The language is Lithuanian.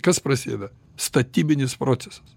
kas prasideda statybinis procesas